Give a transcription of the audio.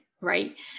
right